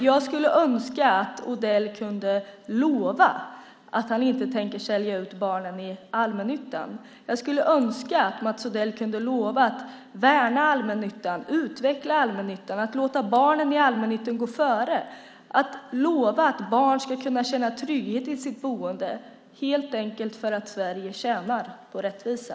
Jag skulle önska att Odell kunde lova att han inte tänker sälja ut barnen i allmännyttan. Jag skulle önska att han kunde lova att värna allmännyttan, utveckla allmännyttan och låta barnen i allmännyttan gå före - att han kunde lova att barn kunde känna trygghet i sitt boende helt enkelt därför att Sverige tjänar på rättvisa.